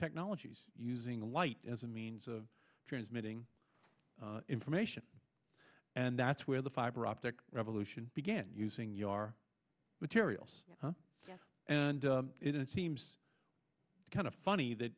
technologies using light as a means of transmitting information and that's where the fiber optic revolution began using your materials and it seems kind of funny that